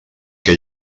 què